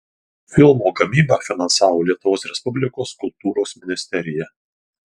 filmo gamybą finansavo lietuvos respublikos kultūros ministerija